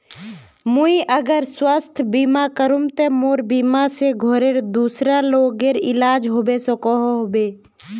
मुई अगर स्वास्थ्य बीमा करूम ते मोर बीमा से घोरेर दूसरा लोगेर इलाज होबे सकोहो होबे?